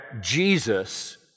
Jesus